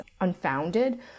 unfounded